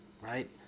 Right